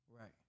Right